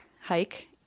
hike